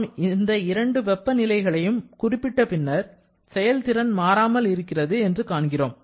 நாம் இந்த இரண்டு வெப்பநிலை களையும் நாம் குறிப்பிட்ட பின்னர் செயல்திறன் மாறாமல் இருக்கிறது என்று காண்கிறோம்